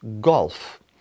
golf